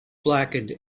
blackened